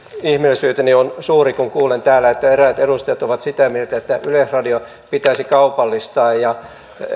on suuri kun kuulen täällä että eräät edustajat ovat sitä mieltä että yleisradio pitäisi kaupallistaa